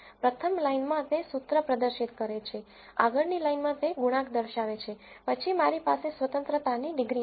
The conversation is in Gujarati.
પ્રથમ લાઇનમાં તે સૂત્ર પ્રદર્શિત કરે છે આગળની લાઇનમાં તે ગુણાંક દર્શાવે છે પછી મારી પાસે સ્વતંત્રતાની ડિગ્રી છે